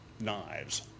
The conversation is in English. knives